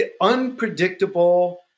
unpredictable